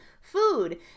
food